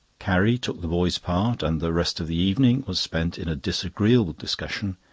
carrie took the boy's part, and the rest of the evening was spent in a disagreeable discussion,